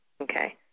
okay